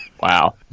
Wow